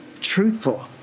truthful